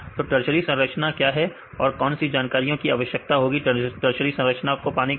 तो टर्सरी संरचना क्या है और कौन सी जानकारियों की आवश्यकता होगी टर्सरी संरचना को पाने के लिए